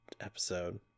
episode